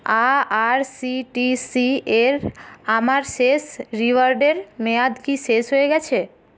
আ আরসিটিসি এর আমার শেষ রিওয়ার্ডের মেয়াদ কি শেষ হয়ে গেছে